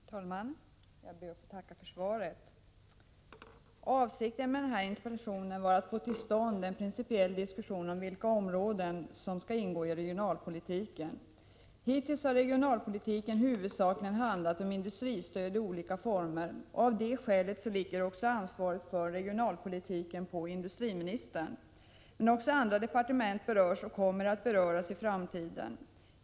Herr talman! Jag ber att få tacka för svaret. Avsikten med den här interpellationen var att få till stånd en principiell diskussion om vilka områden som skall ingå i regionalpolitiken. Hittills har regionalpolitiken huvudsakligen handlat om industristöd i olika former. Av det skälet ligger också ansvaret för regionalpolitiken på industriministern. Men också andra departement berörs och kommer att beröras i framtiden.